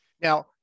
Now